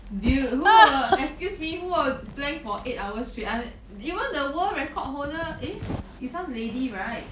dude who will excuse me who will plank for eight hours straight un~ even the world record holder eh is some lady right